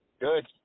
Good